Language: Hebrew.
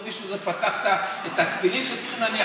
למישהו זה פתח את התפילין שצריך להניח,